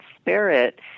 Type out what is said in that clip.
spirit